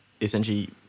essentially